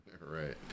Right